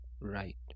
Right